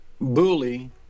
bully